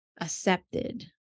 accepted